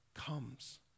Comes